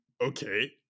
okay